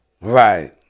Right